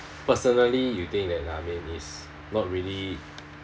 personally you think that ya maybe is not really